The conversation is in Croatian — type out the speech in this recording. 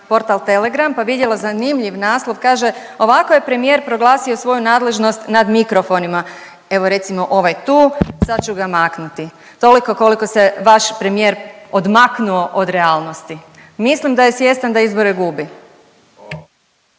portal Telegram pa vidjela zanimljivim naslov, kaže: „Ovako je premijer proglasio svoju nadležnost nad mikrofonima. Evo recimo ovaj tu sad ću ga maknuti.“ Toliko koliko se vaš premijer odmaknuo od realnosti. Mislim da je svjestan da izbore gubi.